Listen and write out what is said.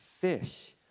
Fish